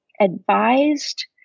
advised